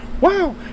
Wow